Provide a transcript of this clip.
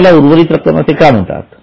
आता याला उर्वरित रक्कम असे का म्हणतात